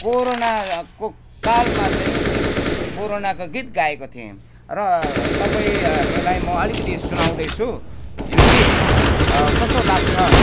कोरोनाको कालमा चाहिँ कोरोनाको गीत गाएको थिएँ र तपाईँहरूलाई म अलिकति सुनाउँदैछु यो गीत कस्तो लाग्छ